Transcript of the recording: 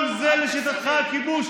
כל זה, לשיטתך, הכיבוש?